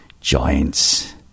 Giants